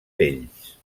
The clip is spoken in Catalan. vells